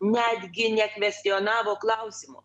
netgi nekvestionavo klausimo